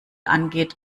angeht